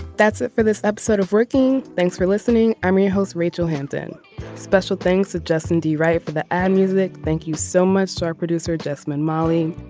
that's it for this episode of working. thanks for listening. i'm your host rachel hanson special things to justin de right for the and music. thank you so much to our producer adjustment molly.